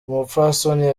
umupfasoni